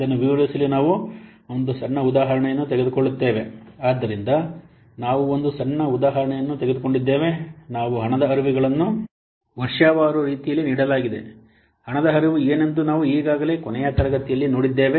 ಇದನ್ನು ವಿವರಿಸಲು ನಾವು ಒಂದು ಸಣ್ಣ ಉದಾಹರಣೆಯನ್ನು ತೆಗೆದುಕೊಳ್ಳುತ್ತೇವೆ ಆದ್ದರಿಂದ ನಾವು ಒಂದು ಸಣ್ಣ ಉದಾಹರಣೆಯನ್ನು ತೆಗೆದುಕೊಂಡಿದ್ದೇವೆ ನಾವು ಹಣದ ಹರಿವುಗಳನ್ನು ವರ್ಷವಾರು ರೀತಿಯಲ್ಲಿ ನೀಡಲಾಗಿದೆ ಹಣದ ಹರಿವು ಏನೆಂದು ನಾವು ಈಗಾಗಲೇ ಕೊನೆಯ ತರಗತಿಯಲ್ಲಿ ನೋಡಿದ್ದೇವೆ